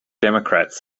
democrats